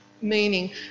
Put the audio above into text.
meaning